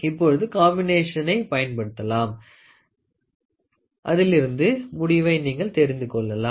இப்பொழுது காம்பினேஷனை பயன்படுத்தினால் அதிலிருந்து முடிவை தெரிந்து கொள்ளலாம்